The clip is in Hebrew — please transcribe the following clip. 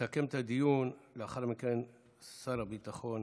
יסכם את הדיון לאחר מכן שר הביטחון